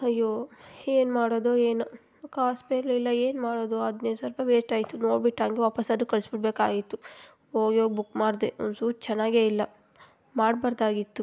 ಅಯ್ಯೋ ಏನ್ ಮಾಡೋದೋ ಏನೋ ಕಾಸು ಬೇರೆ ಇಲ್ಲ ಏನು ಮಾಡೋದು ಹದಿನೈದು ಸಾವ್ರ ರೂಪಾಯ್ ವೇಶ್ಟ್ ಆಯಿತು ನೋಡ್ಬಿಟ್ಟು ಹಂಗೆ ವಾಪಾಸ್ಸಾದ್ರೂ ಕಳಿಸ್ಬಿಡ್ಬೇಕಾಗಿತ್ತು ಹೋಗಿ ಹೋಗ್ ಬುಕ್ ಮಾಡಿದೆ ಒಂಚೂರು ಚೆನ್ನಾಗೆ ಇಲ್ಲ ಮಾಡಬಾರ್ದಾಗಿತ್ತು